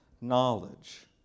knowledge